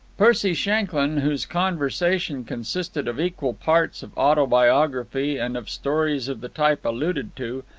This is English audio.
percy shanklyn, whose conversation consisted of equal parts of autobiography and of stories of the type alluded to,